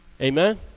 Amen